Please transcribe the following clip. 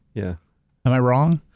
yeah. am i wrong?